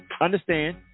Understand